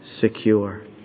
secure